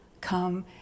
Come